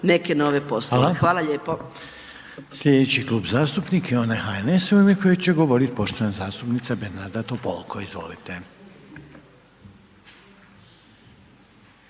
**Reiner, Željko (HDZ)** Slijedeći Klub zastupnika je onaj HNS-a u ime kojeg će govorit poštovana zastupnica Bernarda Topolko, izvolite.